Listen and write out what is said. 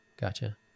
Gotcha